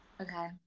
Okay